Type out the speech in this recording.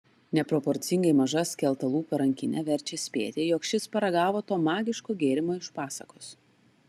neproporcingai maža skeltalūpio rankinė verčia spėti jog šis paragavo to magiško gėrimo iš pasakos